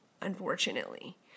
unfortunately